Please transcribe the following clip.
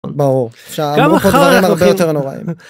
ברור שאני רוצה הרבה יותר נוראים.